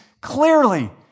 clearly